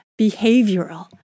behavioral